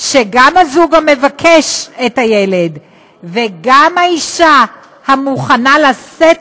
שגם הזוג המבקש את הילד וגם האישה המוכנה לשאת